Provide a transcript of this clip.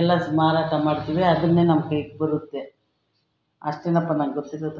ಎಲ್ಲ ಮಾರಾಟ ಮಾಡ್ತೀವಿ ಅದನ್ನೇ ನಮ್ಮ ಕೈಗೆ ಬರುತ್ತೆ ಅಷ್ಟೇನಪ್ಪ ನಂಗೆ ಗೊತ್ತಿರೋದು